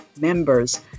members